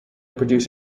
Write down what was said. produce